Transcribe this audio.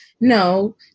no